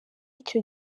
icyo